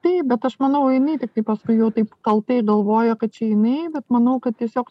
taip bet aš manau jinai paskui jau taip kaltai galvoja kad čia jinai bet manau kad tiesiog